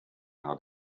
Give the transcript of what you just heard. how